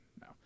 no